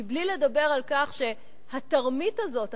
מבלי לדבר על כך שהתרמית הזאת,